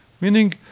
Meaning